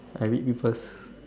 I read papers